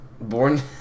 born